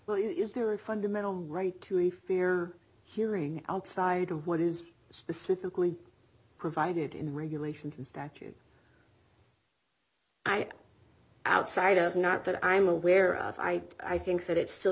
well is there a fundamental right to a fair hearing outside of what is specifically provided in the regulations and statute i'm outside of not that i'm aware of i i think that it still